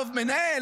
הרוב מנהל,